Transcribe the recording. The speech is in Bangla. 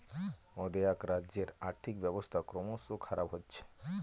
অ্দেআক রাজ্যের আর্থিক ব্যবস্থা ক্রমস খারাপ হচ্ছে